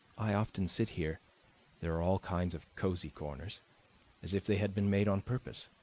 i often sit here there are all kinds of cozy corners as if they had been made on purpose.